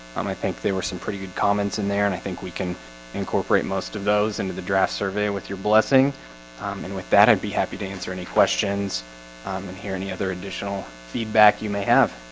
um i think there were some pretty good comments in there and i think we can incorporate most of those into the draft survey with your blessing and with that i'd be happy to answer any questions um and hear any other additional feedback you may have